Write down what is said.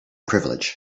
privilege